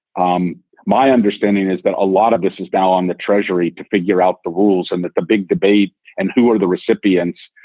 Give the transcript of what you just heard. um my understanding is that a lot of this is now on the treasury to figure out the rules and that the big debate and who are the recipients.